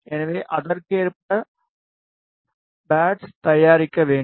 எனவே அதற்கேற்ப பேட்ஸ்கள் தயாரிக்க வேண்டும்